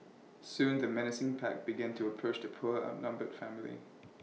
soon the menacing pack began to approach the poor outnumbered family